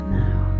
now